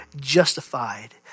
justified